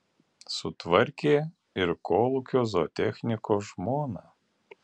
sutvarkė ir kolūkio zootechniko žmoną